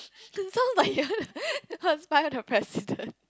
sounds like you want to go spy on the president